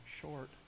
short